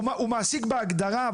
הוא המעסיק בהגדרה,